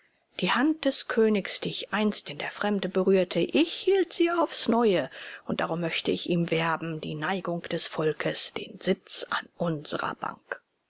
die hand des königs die ich einst in der fremde berührt ich hielt sie aufs neue und darum möchte ich ihm werben die neigung des volks den sitz an unserer bank